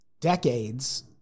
decades